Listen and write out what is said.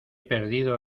perdido